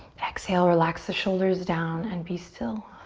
exhale, relax the shoulders down and be still.